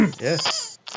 Yes